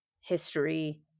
history